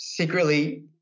Secretly